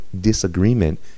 disagreement